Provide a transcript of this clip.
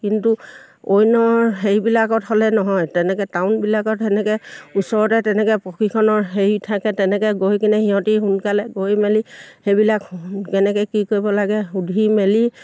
কিন্তু অন্যৰ হেৰিবিলাকত হ'লে নহয় তেনেকৈ টাউনবিলাকত তেনেকৈ ওচৰতে তেনেকৈ প্ৰশিক্ষণৰ হেৰি থাকে তেনেকৈ গৈ কিনে সিহঁতে সোনকালে গৈ মেলি সেইবিলাক কেনেকৈ কি কৰিব লাগে সুধি মেলি